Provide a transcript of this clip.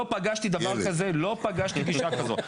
לא פגשתי דבר כזה, לא פגשתי גישה כזאת.